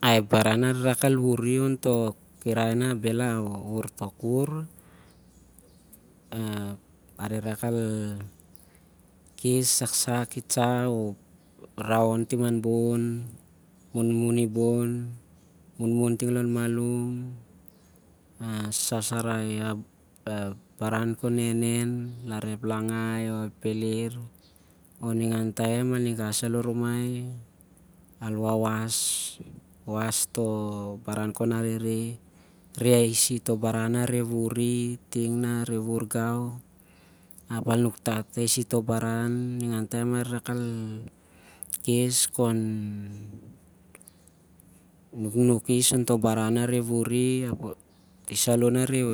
Ep baran na- ha- rehreh rak al wuri ontoh kirai na bhel a wur tok wur ap ah reh rak al kes saksak itsah o, raon tim an bon, munmuni bon, munmun ting lon malum, sasarai baran khon nenen larep langai o ep pele'r. Mah ningan taem aninga sa- an lon rumai al wawas arito baran khon arehreh o- reh ais toh baran na reh wuri ap- al- nuktat ais toh baran ting na kes khon nuknuk is ontoh baran na reh wuri. Ap isaloh na areh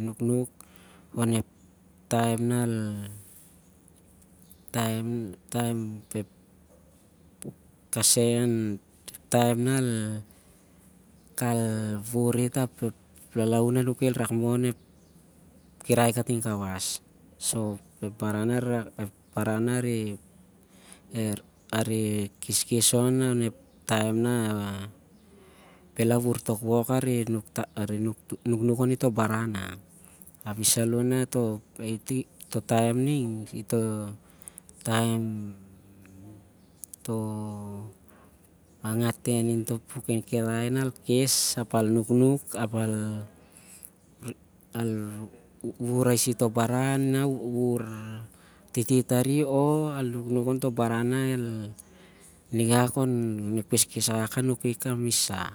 nuknuk onep taim nah- al- taem nah al wurit ap ep lalaun anuki el rak moh onep kirai kating kawas. Ep baran na areh keskes on- onep taem na bhel awur tok boran a reh nuknuk oni- toh baran nah. Api saloh na toh taem ring toh ngangaten intoh pukun kirai nah al khes ap al nuknuk ap al wuvur o al nuk akes ais toh baran khon ep keskes akak anuki kamisa.